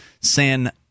San